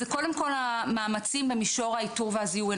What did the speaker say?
זה קודם כל המאמצים במישור האיתור והזיהוי,